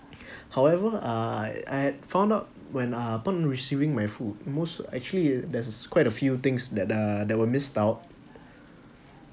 however uh I found out when uh upon receiving my food most actually is that there's quite a few things that are that were missed out